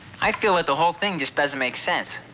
i feel that the whole thing just doesn't make sense.